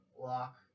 lock